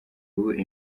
ubu